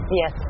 Yes